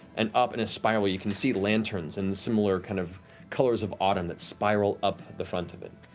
and up in a spiral you can see lanterns and similar kind of colors of autumn that spiral up the front of it.